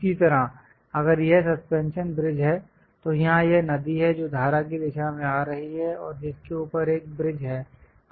इसी तरह अगर यह सस्पेंशन ब्रिज है तो यहाँ यह नदी है जो धारा की दिशा में आ रही है और जिसके ऊपर एक ब्रिज है